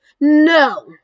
No